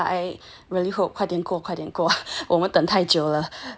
mm ya I really hope 快点过快点过我们等太久了